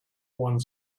one